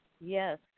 Yes